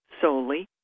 solely